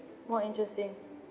more interesting